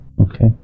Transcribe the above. Okay